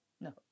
No